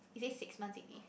is it six months already